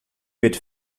mit